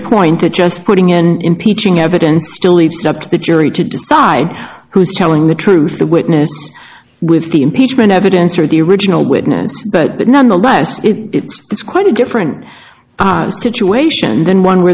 point of just putting in impeaching evidence still leaves it up to the jury to decide who's telling the truth the witness with the impeachment evidence or the original witness but nonetheless it's quite a different situation than one where